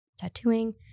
tattooing